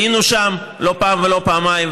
היינו שם לא פעם ולא פעמיים,